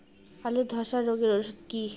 আলুর ধসা রোগের ওষুধ কি?